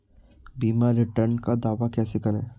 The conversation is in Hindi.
बीमा रिटर्न का दावा कैसे करें?